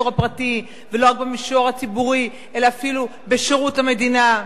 הפרטי ולא רק במישור הציבורי ואפילו בשירות המדינה,